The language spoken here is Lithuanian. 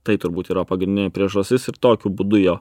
tai turbūt yra pagrindinė priežastis ir tokiu būdu jo